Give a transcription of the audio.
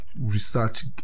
research